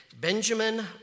Benjamin